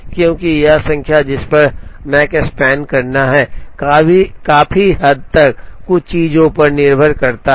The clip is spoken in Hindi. क्योंकि यह संख्या जिस पर यह मकस्पान पूरा करता है काफी हद तक कुछ चीजों पर निर्भर करता है